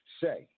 say